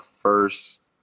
first